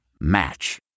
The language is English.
Match